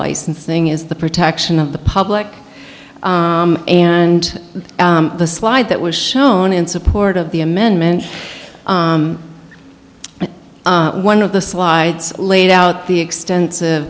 license thing is the protection of the public and the slide that was shown in support of the amendment one of the slides laid out the extensive